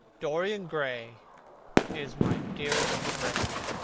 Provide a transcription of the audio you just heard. dorian gray is my dearest friend,